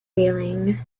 feeling